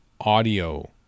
audio